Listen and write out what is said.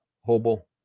Hobo